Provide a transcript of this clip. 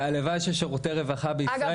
והלוואי ששירותי רווחה בישראל,